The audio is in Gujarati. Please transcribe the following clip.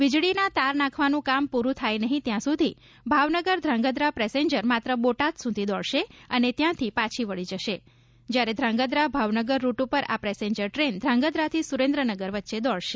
વીજળીના તાર નાંખવાનું કામ પુરૂ થાય નહિં ત્યાં સુધી ભાવનગર ધ્રાંગધ્રા પેસેન્જર માત્ર બોટાદ સુધી દોડશે અને ત્યાંથી પાછી વળી જશે જ્યારે ક્રાંગધ્રા ભાવનગર રૂટ ઉપર આ પેસેન્જર ટ્રેન ધાંગધાથી સુરેન્દ્રનગર વચ્ચે દોડશે